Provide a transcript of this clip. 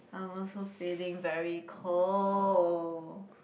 I also feeling very cold